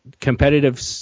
competitive